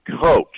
coach